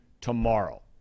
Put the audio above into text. tomorrow